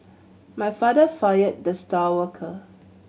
my father fired the star worker